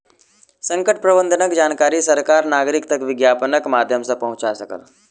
संकट प्रबंधनक जानकारी सरकार नागरिक तक विज्ञापनक माध्यम सॅ पहुंचा सकल